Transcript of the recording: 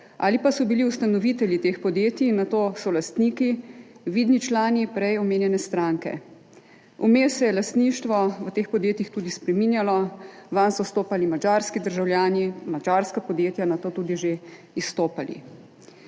ali pa so bili ustanovitelji teh podjetij in nato solastniki vidni člani prej omenjene stranke. Vmes se je lastništvo v teh podjetjih tudi spreminjalo, vanj so vstopali madžarski državljani, madžarska podjetja, nato tudi že izstopali.